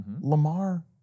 Lamar